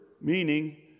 meaning